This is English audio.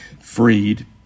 freed